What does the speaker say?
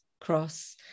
cross